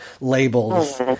labels